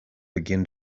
began